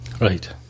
Right